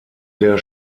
der